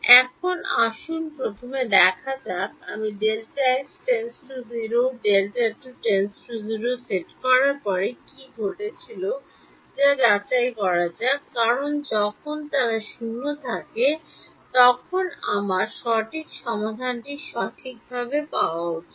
এখন আসুন প্রথমে দেখা যাক আমি Δx → 0 →t → 0 সেট করার পরে কী ঘটেছিল তা যাচাই করা যাক কারণ যখন তারা 0 থাকে তখন আমার সঠিক সমাধানটি সঠিকভাবে পাওয়া উচিত